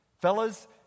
fellas